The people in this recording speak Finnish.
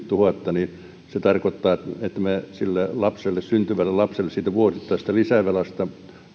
viisikymmentätuhatta niin se tarkoittaa että me sille lapselle syntyvälle lapselle siitä vuosittaisesta lisävelasta